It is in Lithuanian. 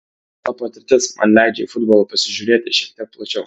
ta patirtis man leidžia į futbolą pasižiūrėti šiek tiek plačiau